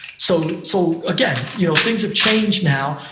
so so again, you know things have changed now.